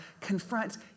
confront